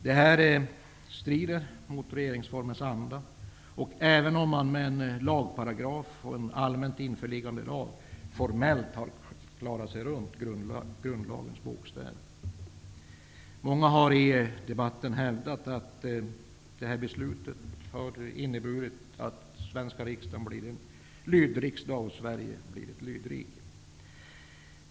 Det strider mot regeringsformens anda, även om man med en lagparagraf och en allmänt införlivande lag formellt har klarat sig runt grundlagens bokstav. Många har i debatten hävdat att det här beslutet har inneburit att svenska riksdagen blir en lydriksdag och Sverige blir ett lydrike.